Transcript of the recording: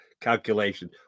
calculation